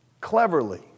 cleverly